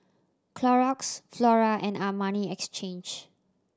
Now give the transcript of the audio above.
Clorox Flora and Armani Exchange